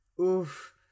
oof